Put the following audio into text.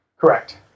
Correct